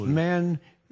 man